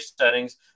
settings